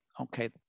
okay